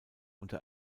unter